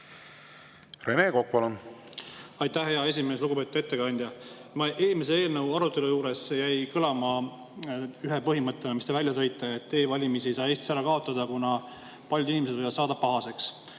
Rene Kokk, palun! Aitäh, hea esimees! Lugupeetud ettekandja! Eelmise eelnõu arutelu juures jäi kõlama ühe põhimõttena, mis te välja tõite, et e-valimisi ei saa Eestis ära kaotada, kuna paljud inimesed võivad saada pahaseks.